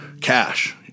cash